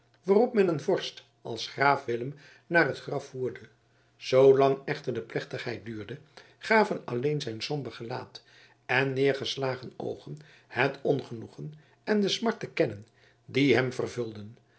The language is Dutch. waarop men een vorst als graaf willem naar het graf voerde zoolang echter de plechtigheid duurde gaven alleen zijn somber gelaat en neergeslagene oogen het ongenoegen en de smart te kennen die hem vervulden